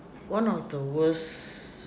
one of the worst